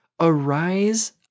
arise